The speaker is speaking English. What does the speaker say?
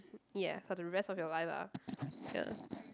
ya for the rest of your life ah ya